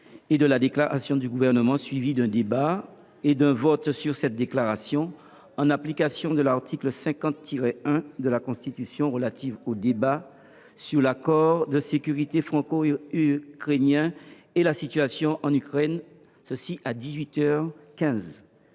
quinze, la déclaration du Gouvernement, suivie d’un débat et d’un vote sur cette déclaration, en application de l’article 50 1 de la Constitution, relative au débat sur l’accord de sécurité franco ukrainien et la situation en Ukraine. Y a t